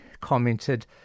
commented